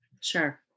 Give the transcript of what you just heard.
Sure